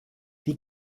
die